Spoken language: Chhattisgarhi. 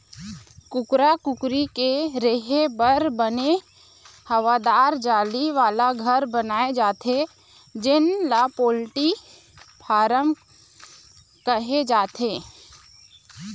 कुकरा कुकरी के रेहे बर बने हवादार जाली वाला घर बनाए जाथे जेन ल पोल्टी फारम कहे जाथे